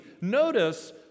Notice